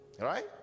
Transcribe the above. right